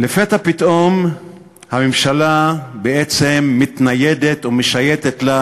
לפתע פתאום הממשלה בעצם מתניידת ומשייטת לה,